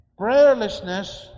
Prayerlessness